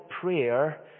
prayer